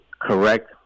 correct